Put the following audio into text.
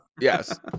Yes